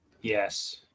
Yes